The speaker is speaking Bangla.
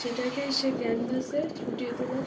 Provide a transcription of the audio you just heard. সেটাকে সে ক্যানভাসে ফুটিয়ে তোলার